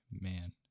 man